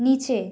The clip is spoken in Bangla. নিচে